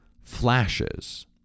flashes